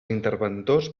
interventors